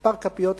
מספר כפיות הסוכר.